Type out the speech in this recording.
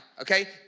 okay